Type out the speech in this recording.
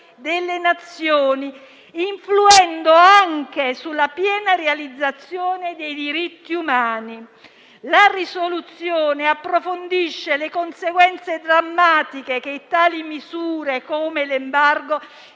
delle Nazioni, influendo anche sulla piena realizzazione dei diritti umani. La risoluzione approfondisce le conseguenze drammatiche che misure come l'embargo